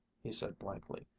he said blankly,